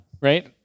Right